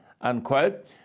unquote